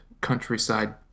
countryside